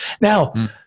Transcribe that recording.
Now